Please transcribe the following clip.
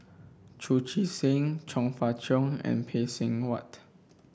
Chu Chee Seng Chong Fah Cheong and Phay Seng Whatt